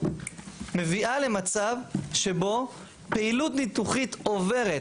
מביאה למצב שבו פעילות ניתוחית עוברת